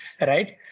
right